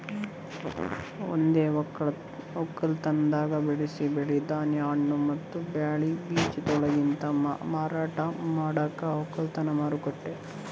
ಅದೇ ಒಕ್ಕಲತನದಾಗ್ ಬೆಳಸಿ ಬೆಳಿ, ಧಾನ್ಯ, ಹಣ್ಣ ಮತ್ತ ಬ್ಯಾರೆ ಬೀಜಗೊಳಲಿಂತ್ ಮಾರಾಟ ಮಾಡದಕ್ ಒಕ್ಕಲತನ ಮಾರುಕಟ್ಟೆ